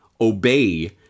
obey